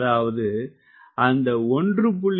அதாவது அந்த 1